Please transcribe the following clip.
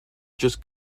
just